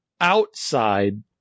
outside